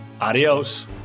Adios